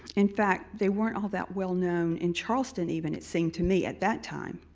in fact, they weren't all that well known in charleston even, it seemed to me, at that time.